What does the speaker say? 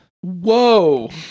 whoa